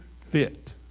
fit